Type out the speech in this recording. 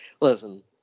listen